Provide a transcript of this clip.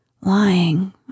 lying